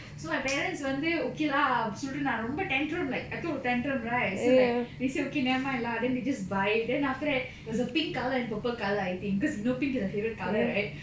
so my parents வந்து:vandhu okay lah அப்டி சொல்லிட்டு நா வந்து:apdi sollittu naa vandhu tantrum like I throw a tantrum right so like they said okay never mind lah then they just buy then after that it was a pink colour and purple colour I think cause you know pink is my favourite colour right